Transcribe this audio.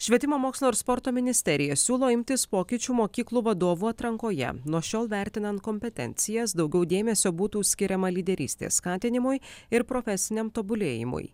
švietimo mokslo ir sporto ministerija siūlo imtis pokyčių mokyklų vadovų atrankoje nuo šiol vertinant kompetencijas daugiau dėmesio būtų skiriama lyderystės skatinimui ir profesiniam tobulėjimui